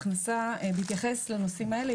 בהתייחס לנושאים האלה,